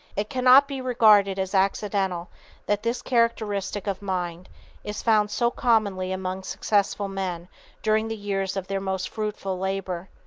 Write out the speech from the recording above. it cannot be regarded as accidental that this characteristic of mind is found so commonly among successful men during the years of their most fruitful labor.